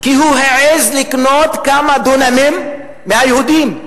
כי הוא העז לקנות כמה דונמים מהיהודים.